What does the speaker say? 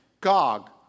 Gog